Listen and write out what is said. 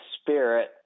spirit